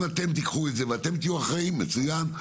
אם אתם תהיו האחראים מצוין.